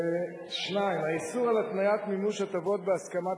2. האיסור על התניית מימוש הטבות בהסכמת